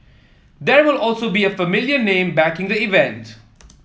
there will also be a familiar name backing the event